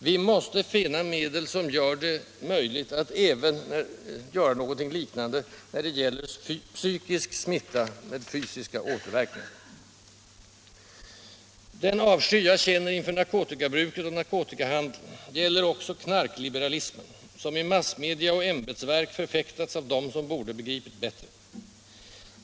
Vi måste finna metoder som gör det möjligt att göra någonting liknande när det gäller psykisk smitta med fysiska återverkningar! Den avsky jag känner inför narkotikabruket och narkotikahandeln gäller också knarkliberalismen, som i massmedia och ämbetsverk förfäktats av dem som borde ha begripit bättre.